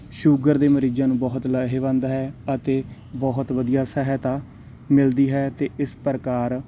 sugar ਦੇ ਮਰੀਜ਼ਾਂ ਨੂੰ ਬਹੁਤ ਲਾਹੇਵੰਦ ਹੈ ਅਤੇ ਬਹੁਤ ਵਧੀਆ ਸਹਾਇਤਾ ਮਿਲਦੀ ਹੈ ਅਤੇ ਇਸ ਪ੍ਰਕਾਰ